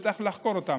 שצריך לחקור אותם.